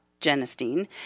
genistein